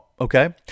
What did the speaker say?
Okay